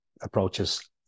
approaches